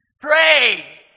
Pray